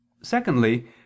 Secondly